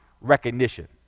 recognition